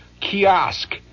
kiosk